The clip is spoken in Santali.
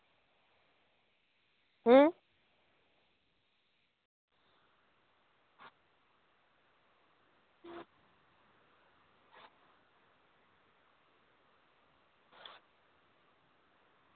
ᱦᱩᱸ